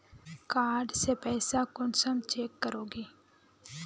Card से पैसा कुंसम चेक करोगी?